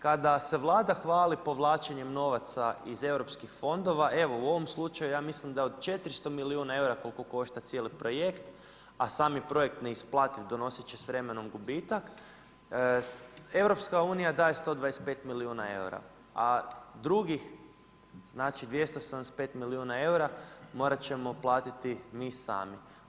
Kada se Vlada hvali povlačenjem novaca iz Europskih fondova, evo u ovom slučaju ja mislim da od 400 milijuna eura koliko košta cijeli projekt, a sam je projekt neisplativ donosit će s vremenom gubitak, EU daje 125 milijuna eura, a drugih znači 275 milijuna eura morat ćemo platiti mi sami.